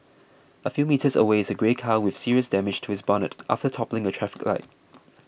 a few metres away is a grey car with serious damage to its bonnet after toppling a traffic light